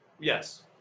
Yes